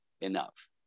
enough